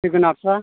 जोगोनारफ्रा